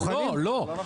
לא,